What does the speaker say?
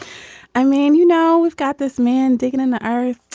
i mean, you know, we've got this man digging in the earth.